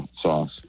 sauce